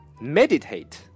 Meditate